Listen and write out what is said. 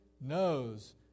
knows